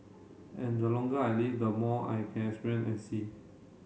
and the longer I live the more I can experience and see